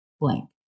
blank